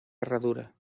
herradura